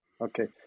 Okay